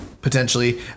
Potentially